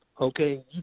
okay